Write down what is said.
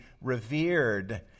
revered